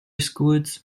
schools